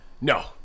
No